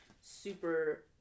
super